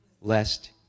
lest